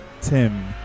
Tim